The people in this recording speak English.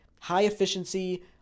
high-efficiency